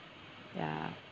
ya